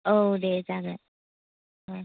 औ दे जागोन औ